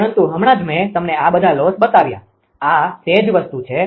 પરંતુ હમણાં જ મેં તમને આ બધા લોસ બતાવ્યા આ તે જ વસ્તુ છે